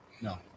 No